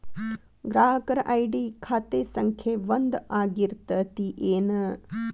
ಗ್ರಾಹಕರ ಐ.ಡಿ ಖಾತೆ ಸಂಖ್ಯೆ ಒಂದ ಆಗಿರ್ತತಿ ಏನ